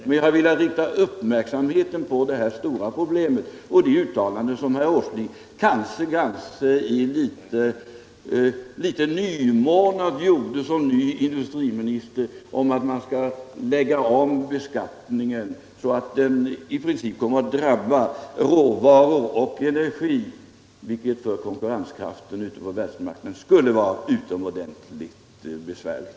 Men jag har velat rikta uppmärksamheten på detta stora problem och det uttalande som herr Åsling kanske litet nymornad gjorde såsom ny industriminister om att man skall lägga om beskattningen så att den i princip kommer att drabba råvaror och energi, vilket för vår konkurrenskraft på världsmarknaden skulle vara utomordentligt besvärligt.